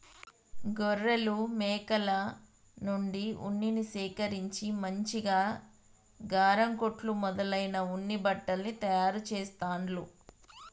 గొర్రెలు మేకల నుండి ఉన్నిని సేకరించి మంచిగా గరం కోట్లు మొదలైన ఉన్ని బట్టల్ని తయారు చెస్తాండ్లు